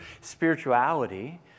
spirituality